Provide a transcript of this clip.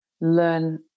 learn